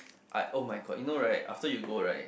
I oh my god you know right after you go right